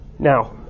Now